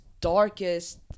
darkest